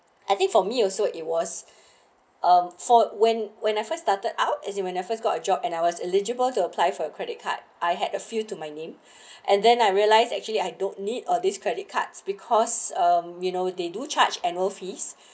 I think for me also it was um fault when when I first started out as you when I first got a job and I was eligible to apply for a credit card I had a few to my name and then I realized actually I don't need all these credit cards because um you know they do charge annual fees